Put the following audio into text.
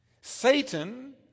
Satan